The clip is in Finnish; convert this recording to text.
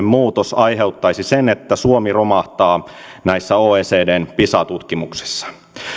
muutos aiheuttaisi sen että suomi romahtaa näissä oecdn pisa tutkimuksissa